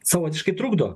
savotiškai trukdo